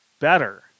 better